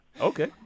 Okay